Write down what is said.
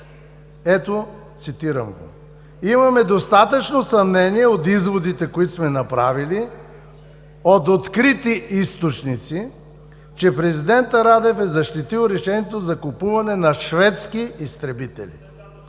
Ето цитирам: „Имаме достатъчно съмнения от изводите, които сме направили, от открити източници, че президентът Радев е защитил решението за закупуване на шведски изтребители“.